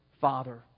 Father